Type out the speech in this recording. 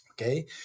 Okay